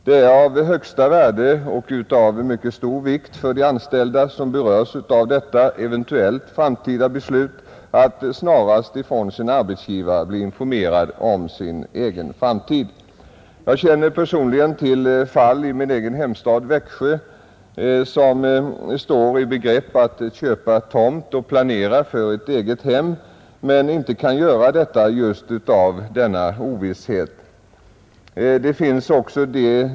Det är av högsta värde och av mycket stor vikt för de anställda, som berörs av detta eventuella framtida beslut, att de snarast av sin arbetsgivare blir informerade om sin egen framtid. Jag känner personligen till människor i min hemstad Växjö som står i begrepp att köpa tomt och planera för ett eget hem men inte kan göra det just på grund av denna ovisshet.